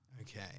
Okay